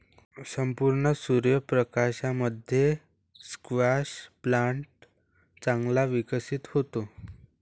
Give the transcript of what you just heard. संपूर्ण सूर्य प्रकाशामध्ये स्क्वॅश प्लांट चांगला विकसित होतो